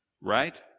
Right